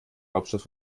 hauptstadt